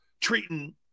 treating